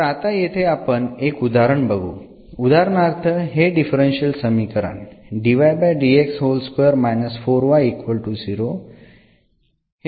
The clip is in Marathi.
तर आता येथे आपण एक उदाहरण बघू उदाहरणार्थ हे डिफरन्शियल समीकरण हे जनरल सोल्युशन आहे